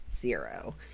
zero